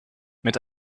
mit